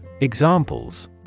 Examples